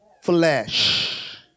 flesh